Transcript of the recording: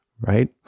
right